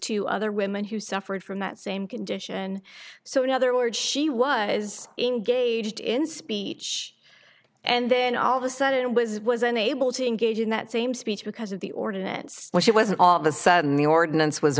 to other women who suffered from that same condition so in other words she was engaged in speech and then all of a sudden was was unable to engage in that same speech because of the ordinance she was all of a sudden the ordinance was